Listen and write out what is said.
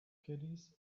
caddies